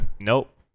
nope